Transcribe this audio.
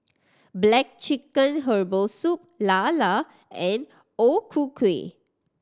black chicken herbal soup lala and O Ku Kueh